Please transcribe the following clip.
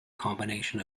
combination